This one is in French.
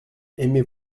aimez